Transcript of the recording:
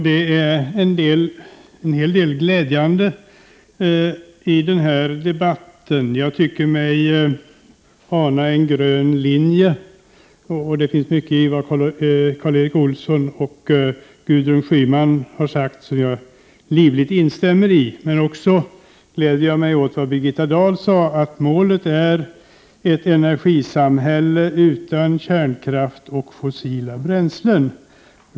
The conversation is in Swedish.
Herr talman! Det finns en hel del som är glädjande i den här debatten. Jag tycker mig ana en grön linje. Mycket av det Karl Erik Olsson och Gudrun Schyman har sagt vill jag livligt instämma i, och jag gläder mig också åt vad Birgitta Dahl sade, att målet är ett energisamhälle utan kärnkraft och fossila bränslen.